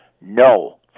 No